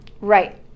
Right